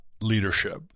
leadership